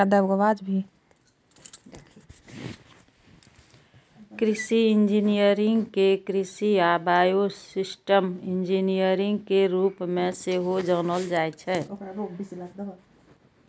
कृषि इंजीनियरिंग कें कृषि आ बायोसिस्टम इंजीनियरिंग के रूप मे सेहो जानल जाइ छै